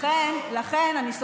לכן אני ביקשתי,